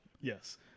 Yes